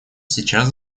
сейчас